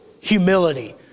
humility